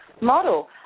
model